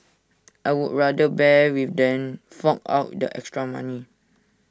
I would rather bear with than phone out the extra money